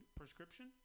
prescription